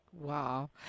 Wow